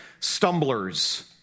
stumblers